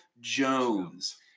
Jones